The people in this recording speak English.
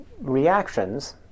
reactions